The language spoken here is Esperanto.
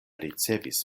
ricevis